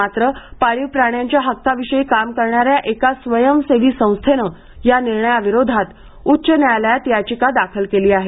मात्र पाळीव प्राण्याच्या हक्कांविषयी काम करणाऱ्या एका स्वयंसेवी संस्थेने या निर्णयाविरोधा उच्च न्यायालयात याचिका दाखल केली आहे